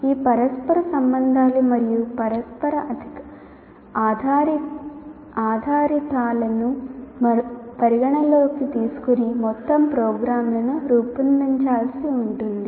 ఈ పరస్పర సంబంధాలు మరియు పరస్పర ఆధారితాలను పరిగణనలోకి తీసుకొని మొత్తం ప్రోగ్రామ్ను రూపొందించాల్సి ఉంటుంది